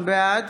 בעד